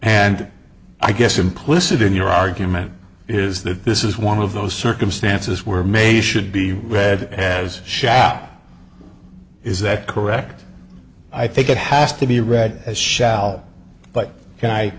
and i guess implicit in your argument is that this is one of those circumstances where may should be read as shall is that correct i think it has to be read as shall